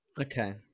okay